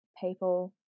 people